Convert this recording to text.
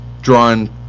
drawing